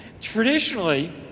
Traditionally